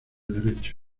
derecho